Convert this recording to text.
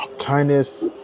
kindness